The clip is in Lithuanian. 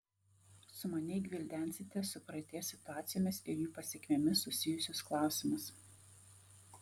sumaniai gvildensite su praeities situacijomis ir jų pasekmėmis susijusius klausimus